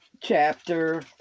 chapter